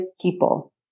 people